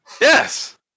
Yes